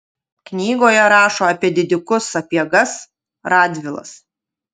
knygoje rašo apie didikus sapiegas radvilas